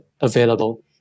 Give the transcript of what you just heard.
available